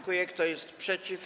Kto jest przeciw?